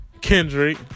Kendrick